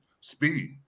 speed